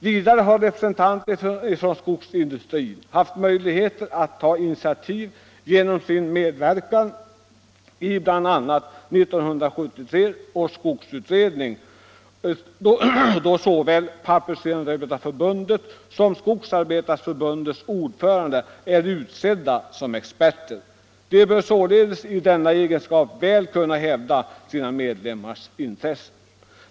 Vidare har representanter för skogsindustrin haft möjligheter att ta initiativ genom sin medverkan i bl.a. 1973 års skogsutredning, där såväl Pappersindustriarbetareförbundets som Skogsarbetareförbundets ordförande är experter. De bör således i denna egenskap väl kunna hävda sina medlemmars intressen.